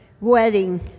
wedding